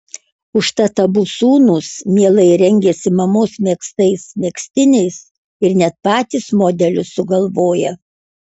užtat abu sūnūs mielai rengiasi mamos megztais megztiniais ir net patys modelius sugalvoja